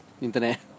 internet